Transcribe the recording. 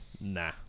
nah